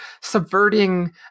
subverting